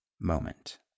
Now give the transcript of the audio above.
moment